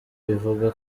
bivuga